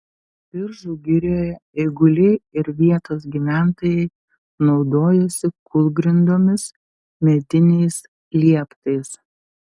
biržų girioje eiguliai ir vietos gyventojai naudojosi kūlgrindomis mediniais lieptais